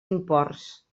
imports